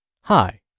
Hi